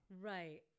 Right